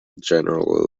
general